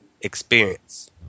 experience